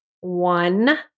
One